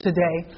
today